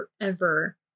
forever